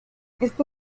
esta